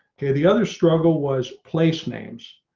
okay. the other struggle was place names.